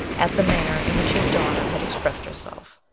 at the manner in which his daughter had expressed herself.